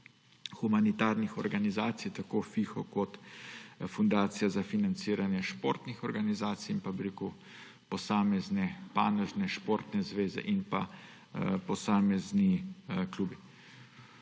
humanitarnih organizacij, tako FIHO kot Fundacije za financiranje športnih organizacij in posameznih panožnih športnih zvez in posameznih klubov.